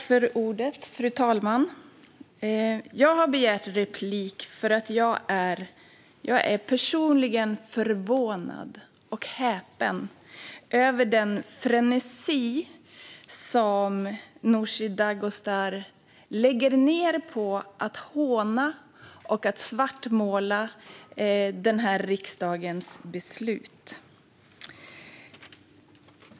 Fru talman! Jag har begärt replik för att jag är personligen förvånad och häpen över den frenesi som Nooshi Dadgostar lägger ned på att håna och svartmåla riksdagens beslut.